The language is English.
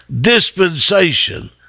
Dispensation